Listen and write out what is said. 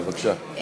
בבקשה.